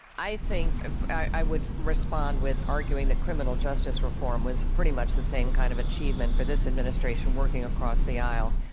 i think i would respond with arguing that criminal justice reform was pretty much the same kind of achievement for this administration, working across the aisle,